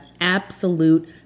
absolute